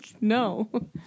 no